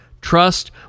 trust